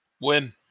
win